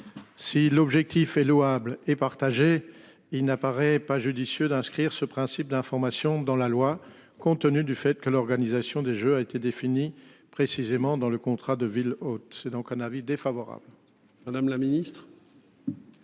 Si l'objectif est louable et partagé, il n'apparaît pas judicieux d'inscrire ce principe d'information dans la loi, compte tenu du fait que l'organisation des Jeux a été défini précisément dans le contrat de ville hôte. C'est donc un avis défavorable.